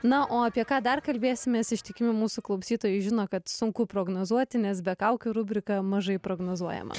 na o apie ką dar kalbėsimės ištikimi mūsų klausytojai žino kad sunku prognozuoti nes be kaukių rubrika mažai prognozuojama